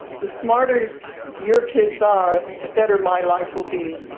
the smarter your kids are, the better my life will be.